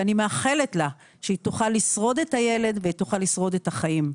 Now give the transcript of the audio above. ואני מאחלת שהיא תוכל לשרוד עם הילד ותוכל לשרוד את החיים.